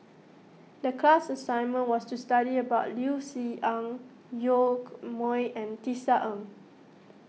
the class assignment was to study about Liu Si Ang Yoke Mooi and Tisa Ng